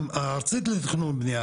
הארצית לתכנון ובנייה.